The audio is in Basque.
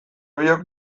biok